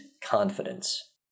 Confidence